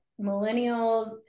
millennials